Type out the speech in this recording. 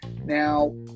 Now